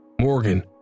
Morgan